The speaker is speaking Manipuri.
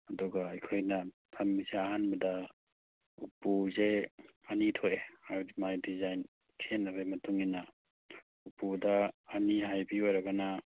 ꯑꯗꯨꯒ ꯑꯩꯈꯣꯏꯅ ꯊꯝꯃꯤꯁꯦ ꯑꯍꯥꯟꯕꯗ ꯎꯄꯨꯁꯦ ꯑꯅꯤ ꯊꯣꯛꯑꯦ ꯍꯥꯏꯕꯗꯤ ꯃꯥꯒꯤ ꯗꯤꯖꯥꯏꯟ ꯈꯦꯠꯅꯕꯒꯤ ꯃꯇꯨꯡ ꯏꯟꯅ ꯎꯄꯨꯗ ꯑꯅꯤ ꯍꯥꯏꯕꯤ ꯑꯣꯏꯔꯒꯅ